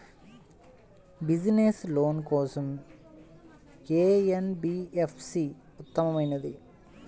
Business loan కోసం ఏ NBFC ఉత్తమమైనది?